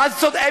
את צודקת.